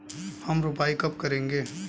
हम रोपाई कब करेंगे?